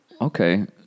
Okay